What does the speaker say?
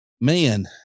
man